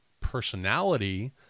personality